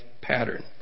pattern